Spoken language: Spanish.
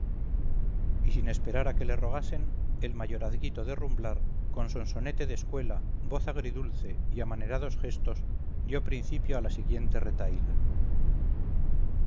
y sin esperar a que le rogasen el mayorazguito de rumblar con sonsonete de escuela voz agridulce y amanerados gestos dio principio a la siguiente retahíla